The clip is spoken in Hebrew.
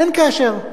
אין קשר.